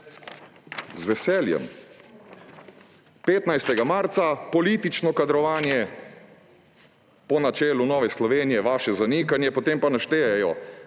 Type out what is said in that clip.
Z veseljem. 15. marca, politično kadrovanje po načelu Nove Slovenije, vaše zanikanje, okej, za Dars